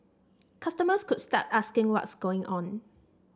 customers could start asking what's going on